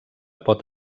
pot